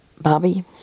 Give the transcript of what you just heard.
Bobby